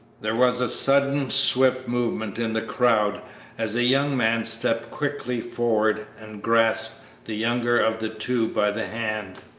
there was a sudden, swift movement in the crowd as a young man stepped quickly forward and grasped the younger of the two by the hand.